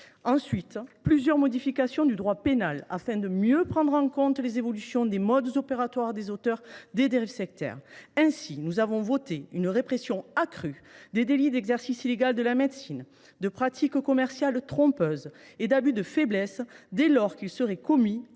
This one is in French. ensuite à plusieurs modifications du droit pénal destinées à mieux prendre en compte les évolutions des modes opératoires des auteurs de dérives sectaires : ainsi, nous avons décidé d’accroître la répression des délits d’exercice illégal de la médecine, de pratique commerciale trompeuse et d’abus de faiblesse dès lors qu’ils seraient commis en